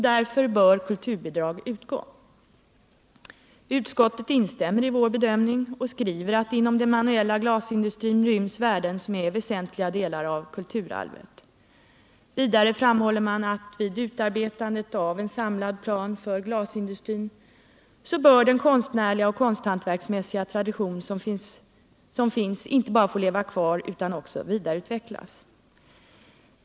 Därför bör kulturbidrag utgå. Utskottet instämmer i vår bedömning och skriver att det inom den manuella glasindustrin ryms värden som är väsentliga delar av kulturarvet. Vidare framhåller man att vid utarbetandet av en samlad plan för glasindustrin bör den konstnärliga och konsthantverksmässiga tradition som finns inte bara få leva kvar utan också vidareutvecklas.